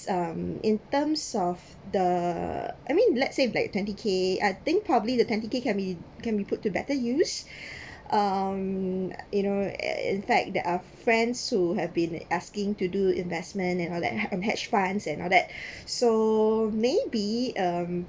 um in terms of the I mean let's say like twenty K I think probably the twenty K can be can be put to better use um you know in fact that are friends who have been asking to do investment and all that um h~ hedge funds and all that so may be um